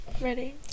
Ready